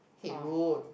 Haig-Road